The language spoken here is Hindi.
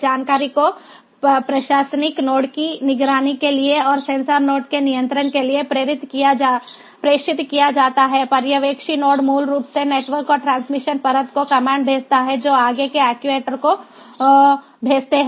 जानकारी को प्रशासनिक नोड की निगरानी के लिए और सेंसर नोड्स के नियंत्रण के लिए प्रेषित किया जाता है पर्यवेक्षी नोड मूल रूप से नेटवर्क और ट्रांसमिशन परत को कमांड भेजता है जो आगे के एक्ट्यूटर्स को भेजते हैं